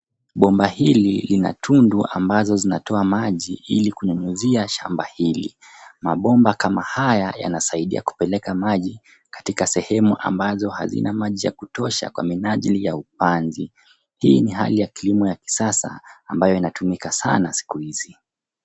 Bomba hili lina tundu ambalo linatoa maji ili kunyunyizia shamba hili. Mabomba kama haya yanasaidia kupelekwa maji katika sehemu ambazo hazina maji ya kutosha kwa minajili ya upanzi. Hii ni hali ya kilimo ya kisasa ambayo ina tumika sana siku hizi.